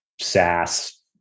SaaS